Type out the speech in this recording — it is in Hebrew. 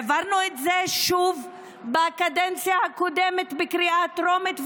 העברנו את זה שוב בקדנציה הקודמת בקריאה טרומית,